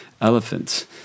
elephants